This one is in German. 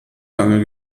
lange